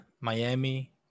Miami